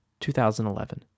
2011